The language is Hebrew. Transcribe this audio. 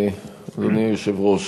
אדוני היושב-ראש,